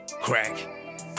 crack